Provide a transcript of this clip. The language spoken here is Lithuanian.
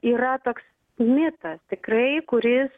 yra toks mitas tikrai kuris